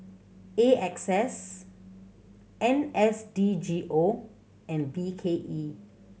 A X S N S D G O and B K E